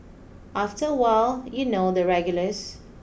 after a while you know the regulars